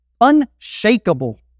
unshakable